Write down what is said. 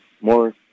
more